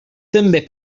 també